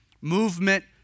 movement